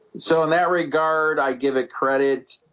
so in that regard i give it credit,